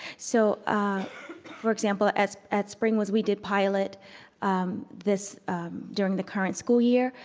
so for example, at at spring woods we did pilot this during the current school year.